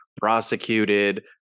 prosecuted